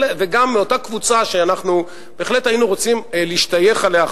וגם מאותה קבוצה שבהחלט היינו רוצים להשתייך אליה,